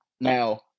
Now